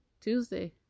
Tuesday